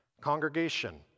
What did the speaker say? Congregation